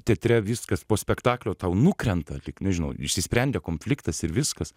teatre viskas po spektaklio tau nukrenta tik nežinau išsisprendė konfliktas ir viskas